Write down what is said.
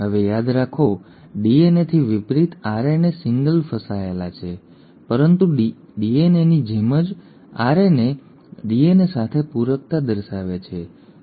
હવે યાદ રાખો ડીએનએથી વિપરીત આરએનએ સિંગલ ફસાયેલા છે પરંતુ ડીએનએની જેમ જ આરએનએ ડીએનએ સાથે પૂરકતા દર્શાવે છે